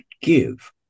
give